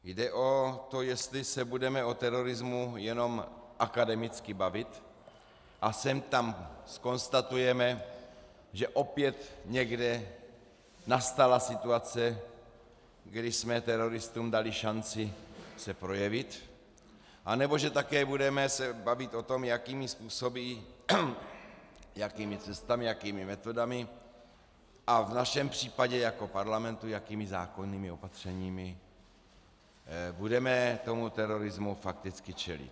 Jde o to, jestli se budeme o terorismu jenom akademicky bavit a sem tam zkonstatujeme, že opět někde nastala situace, kdy jsme teroristům dali šanci se projevit, anebo že také budeme se bavit o tom, jakými způsoby, jakými cestami, jakými metodami a v našem případě jako parlamentu jakými zákonnými opatřeními budeme tomu terorismu fakticky čelit.